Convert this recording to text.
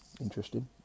interesting